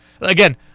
Again